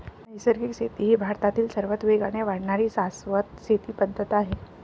नैसर्गिक शेती ही भारतातील सर्वात वेगाने वाढणारी शाश्वत शेती पद्धत आहे